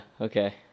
okay